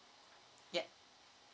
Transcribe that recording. ya